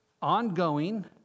Ongoing